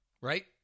right